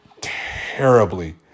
terribly